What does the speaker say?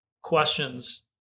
questions